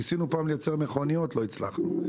ניסינו פעם לייצר מכוניות, לא הצלחנו.